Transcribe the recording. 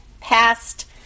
past